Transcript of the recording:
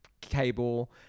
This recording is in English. cable